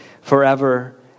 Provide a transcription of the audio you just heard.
forever